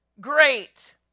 great